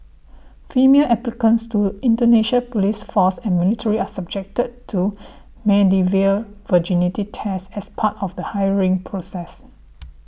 female applicants to Indonesia's police force and military are subjected to medieval virginity tests as part of the hiring process